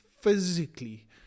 physically